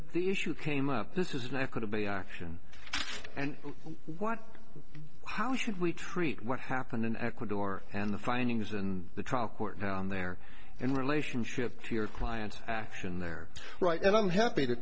the issue came up this is not going to be action and what how should we treat what happened in ecuador and the findings and the trial court down there and relationship to your client action there right and i'm happy to